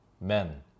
men